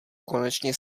konečně